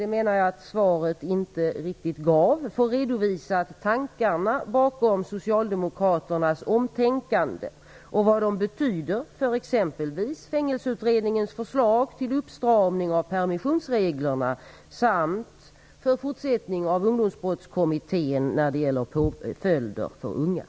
Jag menar att svaret inte riktigt redovisade vad som ligger bakom socialdemokraternas omtänkande och vad det betyder för t.ex. Fängelseutredningens förslag till uppstramning av permissionsreglerna samt för fortsättningen av Ungdomsbrottskommitténs arbete när det gäller påföljder för unga.